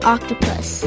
Octopus